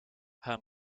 her